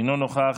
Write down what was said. אינו נוכח,